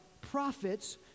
prophets